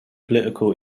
political